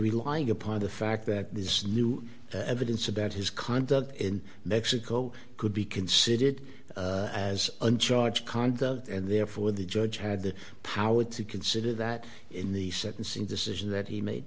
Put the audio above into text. relying upon the fact that this new evidence about his conduct in mexico could be considered as uncharged conduct and therefore the judge had the power to consider that in the sentencing decision that he made